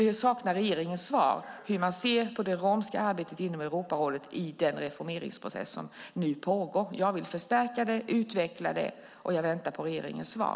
Vi saknar regeringens svar på hur man ser på det romska arbetet inom Europarådet i den reformeringsprocess som pågår. Jag vill förstärka och utveckla det, och jag väntar på regeringens svar.